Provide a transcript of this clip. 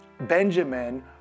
Benjamin